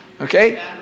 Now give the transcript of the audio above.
Okay